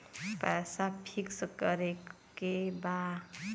पैसा पिक्स करके बा?